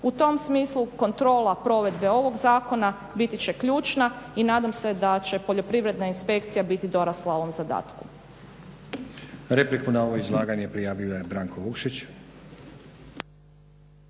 U tom smislu kontrola provedbe ovog zakona biti će ključna i nadam se da će Poljoprivredna inspekcija biti dorasla ovome zadatku.